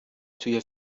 توی